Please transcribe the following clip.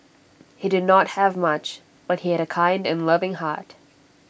he did not have much but he had A kind and loving heart